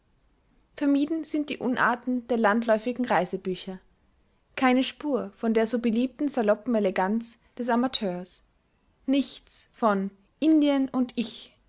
vermieden sind die unarten der landläufigen reisebücher keine spur von der so beliebten saloppen eleganz des amateurs nichts von indien und ich